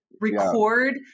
record